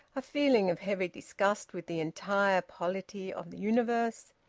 a feeling of heavy disgust with the entire polity of the universe,